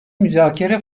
müzakere